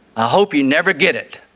ah hope you never get it.